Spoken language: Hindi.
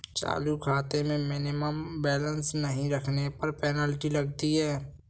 चालू खाते में मिनिमम बैलेंस नहीं रखने पर पेनल्टी लगती है